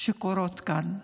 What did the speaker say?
שקורות כאן,